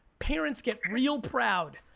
parents get real proud